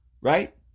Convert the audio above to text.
right